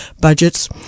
budgets